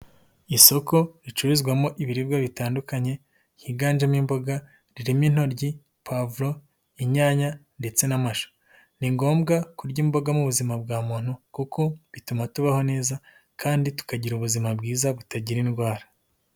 Isoko ricururizwamo ibiribwa bitandukanye, ryiganjemo imboga, ririmo inoryi, pavuro, inyanya ndetse n'amashu ni ngombwa kurya imboga mu buzima bwa muntu kuko bituma tubaho neza kandi tukagira ubuzima bwiza butagira indwara.